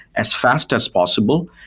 as fast as possible?